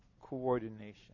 coordination